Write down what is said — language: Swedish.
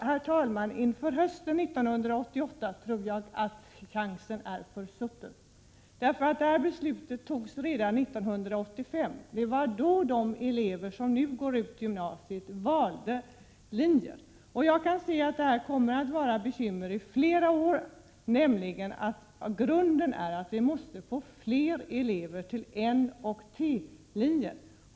Herr talman! Jag tror att chansen inför hösten 1988 är försutten. Detta beslut fattades redan 1985. Det var då de elever som nu går ut gymnasiet valde linje. Jag kan se att detta kommer att vara ett bekymmer i flera år. Grundläggande är att vi måste få fler elever till N och T-linjerna.